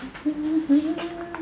mm mm